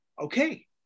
Okay